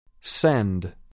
Send